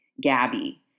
Gabby